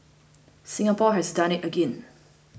Singapore has done it again